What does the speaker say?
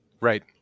right